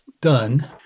done